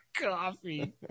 coffee